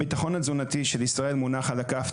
הביטחון התזונתי של ישראל מונח על הכף.